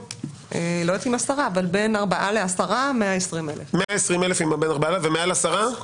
לא יודעת אם 10. אבל בין ארבעה ל-10 יש 120,000. ומעל 10?